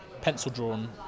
pencil-drawn